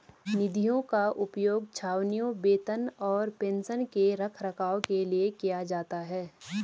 निधियों का उपयोग छावनियों, वेतन और पेंशन के रखरखाव के लिए किया जाता है